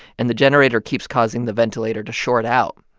and the generator keeps causing the ventilator to short out.